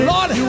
Lord